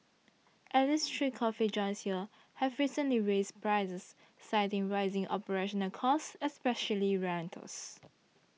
at least three coffee joints here have recently raised prices citing rising operational costs especially rentals